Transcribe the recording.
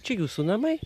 čia jūsų namai